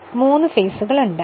ശരിക്ക്ും മൂന്ന് ഫേസുകളുണ്ട്